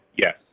Yes